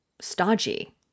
stodgy